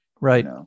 right